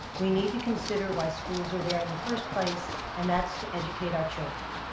we need to consider why schools are there in the first place and that's to educate our children.